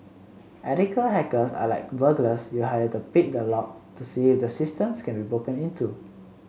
ethical hackers are like burglars you hire to pick the lock to see if the systems can be broken into